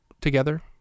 together